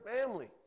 family